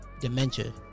dementia